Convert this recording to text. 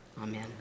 Amen